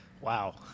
Wow